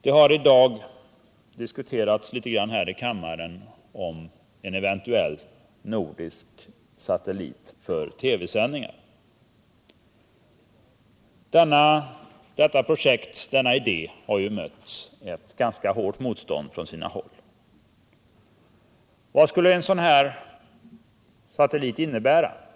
Vi har här i kammaren i dag bl.a. diskuterat frågan om en eventuell nordisk satellit för TV-sändningar. Den idén har mött ganska hårt motstånd på vissa håll. Men vad skulle en sådan satellit betyda?